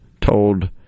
told